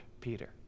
Peter